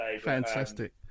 Fantastic